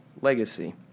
legacy